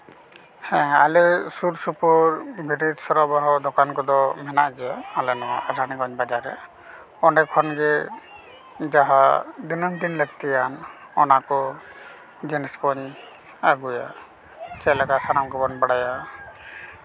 ᱦᱮᱸ ᱟᱞᱮ ᱥᱩᱨ ᱥᱩᱯᱩᱨ ᱵᱤᱨᱤᱫ ᱥᱚᱨ ᱵᱚᱨᱟᱦᱚ ᱫᱚᱠᱟᱱ ᱠᱚᱫᱚ ᱢᱮᱱᱟᱜ ᱜᱮᱭᱟ ᱟᱞᱮ ᱱᱚᱣᱟ ᱨᱟᱱᱤᱜᱚᱸᱡᱽ ᱵᱟᱡᱟᱨ ᱨᱮ ᱚᱸᱰᱮ ᱠᱷᱚᱱᱜᱮ ᱡᱟᱦᱟᱸ ᱫᱤᱱᱟᱹᱢ ᱫᱤᱱ ᱞᱟᱹᱠᱛᱤᱭᱟ ᱚᱱᱟ ᱠᱚ ᱡᱤᱱᱤᱥ ᱠᱚᱧ ᱟᱹᱜᱩᱭᱟ ᱪᱮᱫ ᱞᱮᱠᱟ ᱥᱟᱱᱟᱢ ᱠᱚᱵᱚᱱ ᱵᱟᱲᱟᱭᱟ